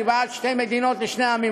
אני בעד שתי מדינות לשני עמים,